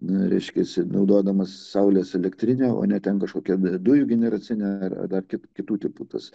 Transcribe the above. vyriškis naudodamas saulės elektrinę o ne ten kažkokia dujų generacinę ar dar kiek kitų tipų tas